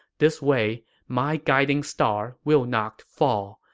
this way, my guiding star will not fall,